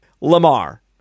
Lamar